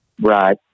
Right